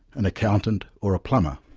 an accountant, or a plumber.